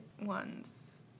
ones